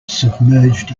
submerged